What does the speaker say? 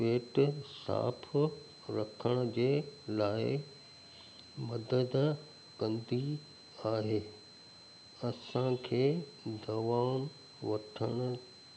पेट साफ़ु रखण जे लाइ मदद कंदी आहे असांखे दवाउनि वठणु